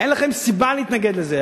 אין לכם סיבה להתנגד לזה.